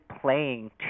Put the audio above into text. playing